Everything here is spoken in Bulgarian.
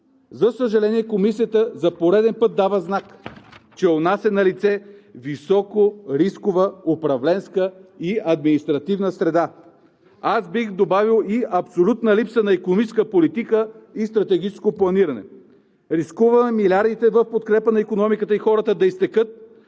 За съжаление, Комисията за пореден път дава знак, че у нас е налице високорискова управленска и административна среда. Аз бих добавил и абсолютна липса на икономическа политика и стратегическо планиране. Рискуваме милиардите в подкрепа на икономиката и хората да изтекат,